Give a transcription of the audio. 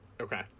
Okay